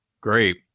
Great